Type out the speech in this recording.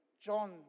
John